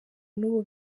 n’ubu